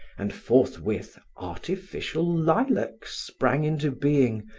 and forthwith artificial lilacs sprang into being,